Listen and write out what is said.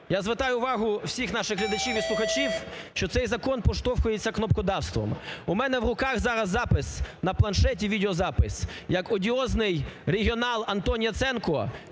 Я звертаю увагу всіх наших глядачів і слухачів, що цей закон проштовхується кнопкодавством. У мене в руках зараз запис, на планшеті відеозапис, як одіозний регіонал Антон Яценко